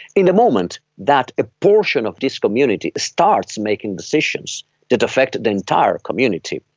in the moment that ah portion of this community starts making decisions that affected the entire community,